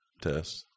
test